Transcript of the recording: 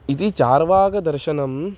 इति चार्वाकदर्शनं